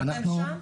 אתם שם?